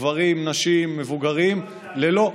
גברים, נשים, מבוגרים, ללא,